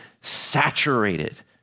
saturated